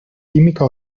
química